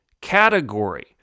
category